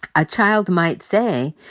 a child might say,